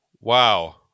wow